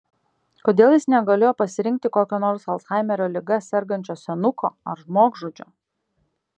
kodėl jis negalėjo pasirinkti kokio nors alzhaimerio liga sergančio senuko ar žmogžudžio